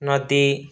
ନଦୀ